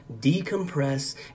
decompress